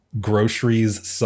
groceries